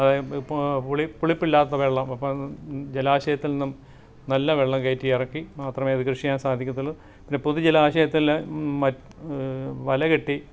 പുളി പുളിപ്പില്ലാത്ത വെള്ളം അപ്പം ജലാശയത്തിൽ നിന്നും നല്ല വെള്ളം കേറ്റിയിറക്കി മാത്രമേ അത് കൃഷി ചെയ്യാൻ സാധിക്കത്തുള്ളു പിന്നെ പൊതുജലാശയത്തിൽ വലകെട്ടി